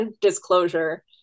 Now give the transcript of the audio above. disclosure